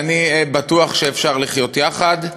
ואני בטוח שאפשר לחיות יחד.